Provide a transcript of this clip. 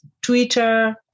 Twitter